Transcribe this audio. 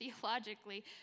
theologically